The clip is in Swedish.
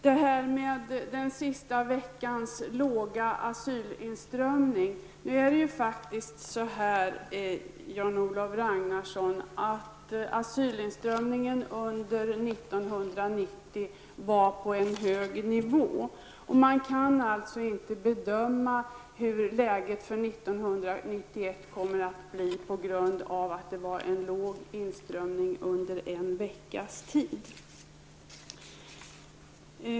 Beträffande det lilla antal asylsökande under den senaste veckan vill jag säga till Jan-Olof Ragnarsson att asylinströmningen under 1990 låg på en hög nivå. Och man kan inte bedöma hur läget för 1991 kommer att bli på grund av att det var en liten inströmning under en veckas tid.